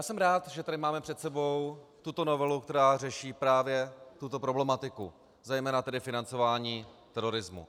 Jsem rád, že tady máme před sebou tuto novelu, která řeší právě tuto problematiku, zejména tedy financování terorismu.